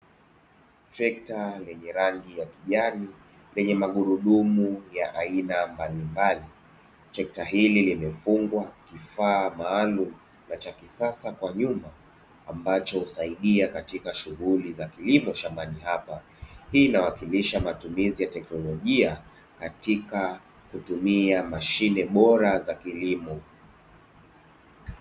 Trekta lenye rangi ya kijani lenye magurudumu ya aina mbalimbali. Trekta hili limefungwa vifaa maalum na cha kisasa kwa nyuma ambacho husaidia katika shughuli za kilimo shambani hapa. Hii inawakilisha matumizi ya teknolojia katika kutumia mashine bora za kilimo.